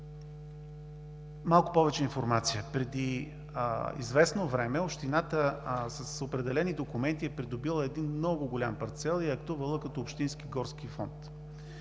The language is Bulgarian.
Малко повече информация – преди известно време общината с определени документи е придобила един много голям парцел и актувала като общински горски фонд.